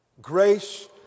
Grace